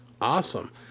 Awesome